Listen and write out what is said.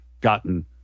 gotten